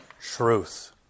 truth